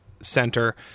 center